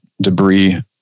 debris